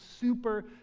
super